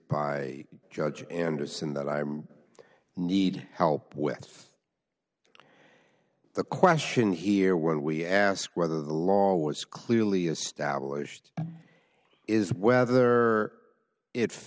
by judge anderson that i need help with the question here when we ask whether the law was clearly established is whether it